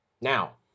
Now